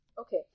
Okay